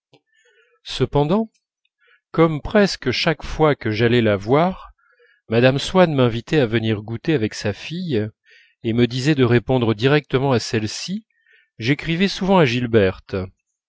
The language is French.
cependant comme presque chaque fois que j'allais la voir mme swann m'invitait à venir goûter avec sa fille et me disait de répondre directement à celle-ci j'écrivais souvent à gilberte